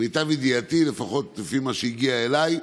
למיטב ידיעתי, לפחות לפי מה שהגיע אליי,